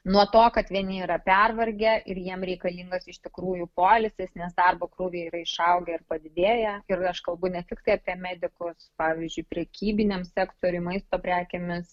nuo to kad vieni yra pervargę ir jiem reikalingas iš tikrųjų poilsis nes darbo krūviai yra išaugę ir padidėję ir aš kalbu ne tiktai apie medikus pavyzdžiui prekybiniam sektoriuj maisto prekėmis